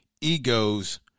egos